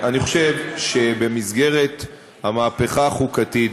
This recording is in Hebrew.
אני חושב שבמסגרת המהפכה החוקתית,